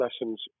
lessons